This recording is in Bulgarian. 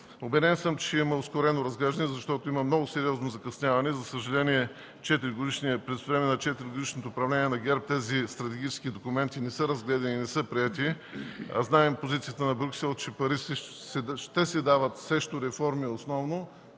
Убеден съм, че ще има ускорено разглеждане, защото има много сериозно закъсняване. За съжаление по време на четиригодишното управление на ГЕРБ тези стратегически документи не са разгледани и не са приети. Знаем позицията на Брюксел, че пари ще се дават основно